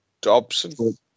Dobson